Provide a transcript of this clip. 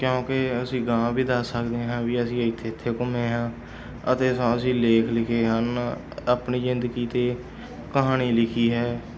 ਕਿਉਂਕਿ ਅਸੀਂ ਅਗਾਂਹ ਵੀ ਦੱਸ ਸਕਦੇ ਹਾਂ ਵੀ ਅਸੀਂ ਇੱਥੇ ਇੱਥੇ ਘੁੰਮੇ ਹਾਂ ਅਤੇ ਸਾ ਅਸੀਂ ਲੇਖ ਲਿਖੇ ਹਨ ਆਪਣੀ ਜ਼ਿੰਦਗੀ 'ਤੇ ਕਹਾਣੀ ਲਿਖੀ ਹੈ